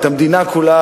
את המדינה כולה,